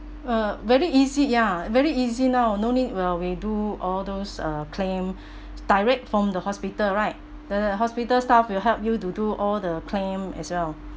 uh very easy ya very easy now no need well we do all those uh claim direct from the hospital right the hospital staff will help you to do all the claim as well